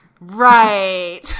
Right